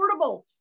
affordable